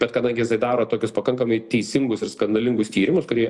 bet kadangi jisai daro tokius pakankamai teisingus ir skandalingus tyrimus kurie